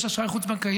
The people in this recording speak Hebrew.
יש אשראי חוץ-בנקאי,